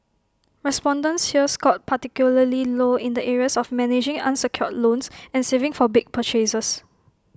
respondents here scored particularly low in the areas of managing unsecured loans and saving for big purchases